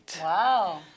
Wow